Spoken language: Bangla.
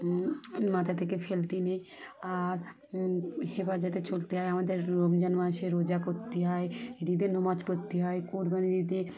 মাথা থেকে ফেলতে নেই আর হেফাজতে চলতে হয় আমাদের রমজান মাসে রোজা করতে হয় ঈদে নামাজ পড়তে হয় কোরবান ঈদে নমাজ